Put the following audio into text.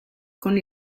con